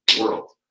world